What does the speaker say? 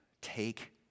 Take